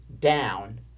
down